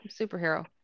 superhero